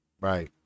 Right